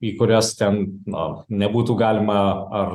į kurias ten na nebūtų galima ar